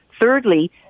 Thirdly